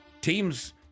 teams